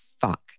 fuck